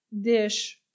dish